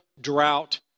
drought